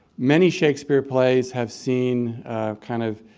many shakespeare plays have seen kind of